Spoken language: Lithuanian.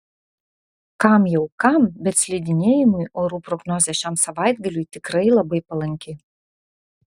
kam jau kam bet slidinėjimui orų prognozė šiam savaitgaliui tikrai labai palanki